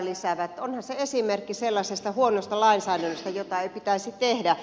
onhan se esimerkki sellaisesta huonosta lainsäädännöstä jota ei pitäisi tehdä